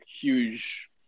huge –